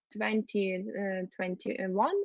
2021